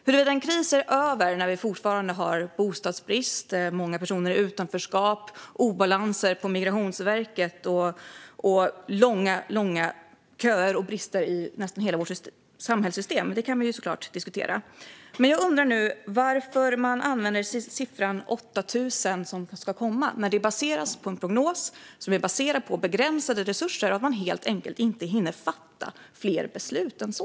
Huruvida en kris är över när vi fortfarande har bostadsbrist, många personer i utanförskap, obalanser på Migrationsverket och långa köer och brister i nästan hela vårt samhällssystem kan såklart diskuteras. Jag undrar nu: Varför använder man siffran 8 000 när det gäller hur många som ska komma? Den baseras på en prognos som baserar sig på begränsade resurser - att man helt enkelt inte hinner fatta fler beslut än så.